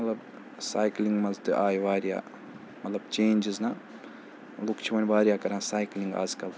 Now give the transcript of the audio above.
مطلب سایکٕلِنٛگ منٛز تہِ آیہِ واریاہ مطلب چینجِز نہ لُکھ چھِ وۄنۍ واریاہ کَران سایکلِنٛگ آز کَل